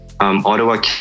Ottawa